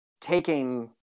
taking